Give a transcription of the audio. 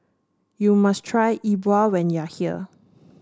you must try E Bua when you are here